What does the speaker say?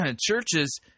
churches